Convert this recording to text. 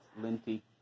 linty